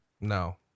No